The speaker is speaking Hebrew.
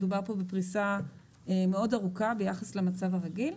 מדובר פה בפריסה ארוכה מאוד ביחס למצב הרגיל,